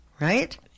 right